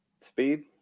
speed